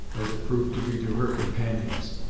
as it proved to be to her companions.